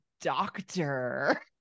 doctor